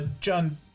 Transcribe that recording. John